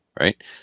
right